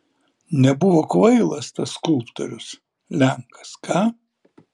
nebuvo kvailas tas skulptorius lenkas ką